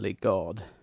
God